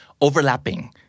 Overlapping